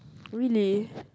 really